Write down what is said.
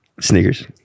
Sneakers